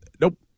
Nope